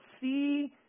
see